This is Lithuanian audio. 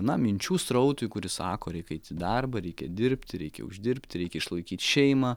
na minčių srautui kuris sako reik eit į darbą reikia dirbti reikia uždirbti reikia išlaikyt šeimą